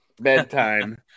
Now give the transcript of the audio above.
bedtime